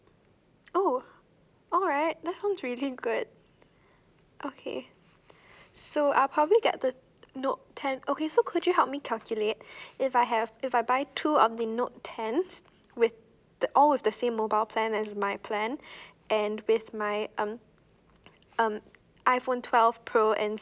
oh alright that's sounds really good okay so I'll probably get the note ten okay so could you help me calculate if I have if I buy two of the note ten with the all with the same mobile plan as my plan and with my um um iPhone twelve pro and